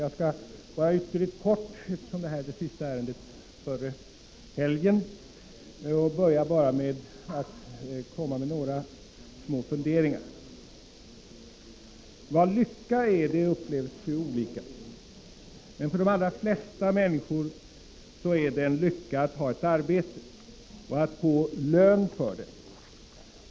Jag skall fatta mig ytterligt kort, eftersom detta är det sista ärendet före helgen, och börjar med några små funderingar. Vad lycka är upplevs olika. Men för de allra flesta människor är det en lycka att ha ett arbete och att få lön för det.